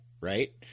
right